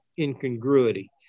incongruity